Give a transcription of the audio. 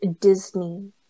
Disney